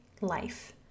life